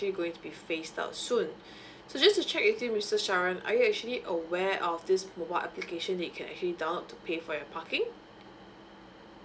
you going to be faced out soon so just to check with you mr sharen are you actually aware of this mobile application they can head out paying to for your parking